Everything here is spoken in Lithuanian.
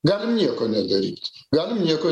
galim nieko nedaryt galim nieko